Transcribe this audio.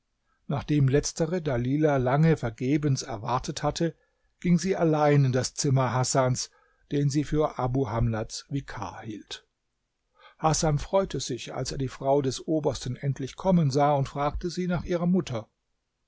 nachdem letztere dalilah lange vergebens erwartet hatte ging sie allein in das zimmer hasans den sie für abu hamlats vikar hielt hasan freute sich als er die frau des obersten endlich kommen sah und fragte sie nach ihrer mutter